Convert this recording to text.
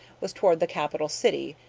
was toward the capital city,